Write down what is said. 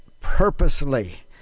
purposely